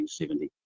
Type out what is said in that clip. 1970